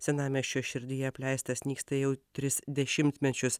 senamiesčio širdyje apleistas nyksta jau tris dešimtmečius